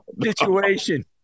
situation